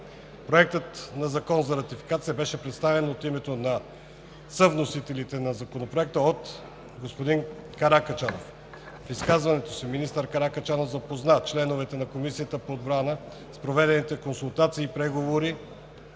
Проектът на закон за ратификация беше представен, от името на съвносителите на Законопроекта от господин Каракачанов. В изказването си министър Каракачанов запозна членовете на Комисията по отбрана с проведените консултации и преговори